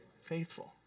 faithful